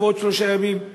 תבוא עוד שלושה ימים.